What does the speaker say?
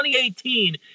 2018